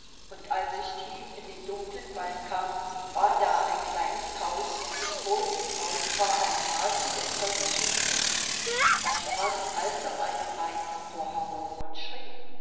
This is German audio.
und als ich tief in den dunkelen wald kam war da ein kleines haus und vor dem haus war ein gar zu lächerliches männchen das sprang als auf einem bein davor herum und schrie